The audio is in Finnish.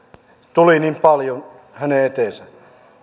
tuli niin paljon hänen eteensä